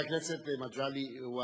חבר הכנסת מגלי והבה,